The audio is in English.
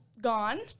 gone